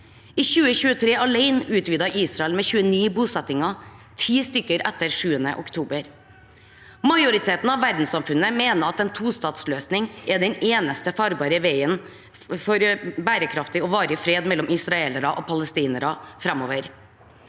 I 2023 alene utvidet Israel med 29 bosettinger – ti stykker etter 7. oktober. Majoriteten i verdenssamfunnet mener at en tostatsløsning er den eneste farbare veien for bærekraftig og varig fred mellom israelere og palestinere framover.